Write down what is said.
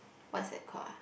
what's that called ah